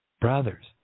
brothers